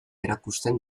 erakusten